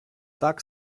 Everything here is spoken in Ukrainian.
так